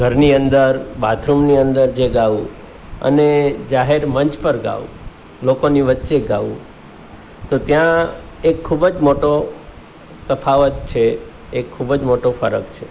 ઘરની અંદર બાથરૂમની અંદર જે ગાવું અને જાહેર મંચ પર ગાવું લોકોની વચે ગાવું તો ત્યાં એક ખૂબ જ મોટો તફાવત છે એક ખૂબ જ મોટો ફરક છે